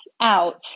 out